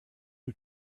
who